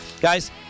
Guys